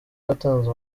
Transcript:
watanze